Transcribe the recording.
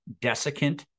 desiccant